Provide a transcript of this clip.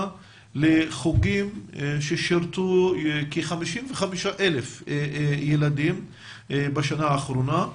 לחוגים ששירתו כ-55,000 ילדים בשנה האחרונה.